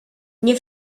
nie